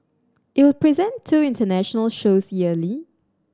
it will present two international shows yearly